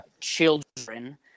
children